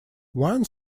one